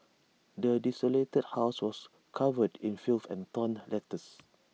the desolated house was covered in filth and torn letters